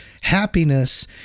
happiness